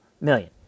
million